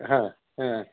हां हां